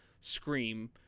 scream